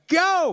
go